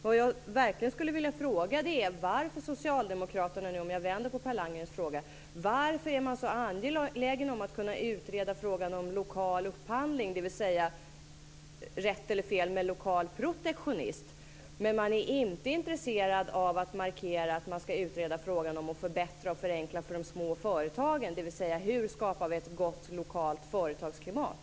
Vad jag verkligen skulle vilja fråga är: Varför är socialdemokraterna nu - om jag vänder på Per Landgrens fråga - så angelägna om att kunna utreda frågan om lokal upphandling, dvs. om det är rätt eller fel med lokal protektionism, men inte intresserade av att man skall utreda frågan om att förbättra och förenkla för de små företagen, dvs. hur vi skapar ett gott lokalt företagsklimat?